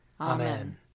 Amen